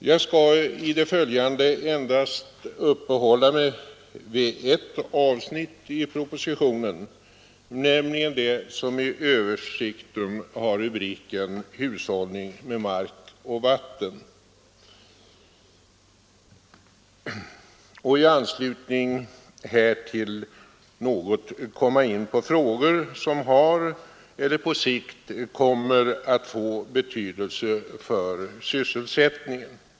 Jag skall i det följande endast uppehålla mig vid ett avsnitt i propositionen, nämligen det som i översikten har rubriken hushållning med mark och vatten. I anslutning härtill skall jag något komma in på frågor som har eller som på sikt kommer att få betydelse för sysselsättningen.